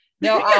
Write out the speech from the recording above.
No